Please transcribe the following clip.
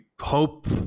hope